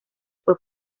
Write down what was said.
fue